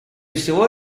всего